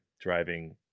driving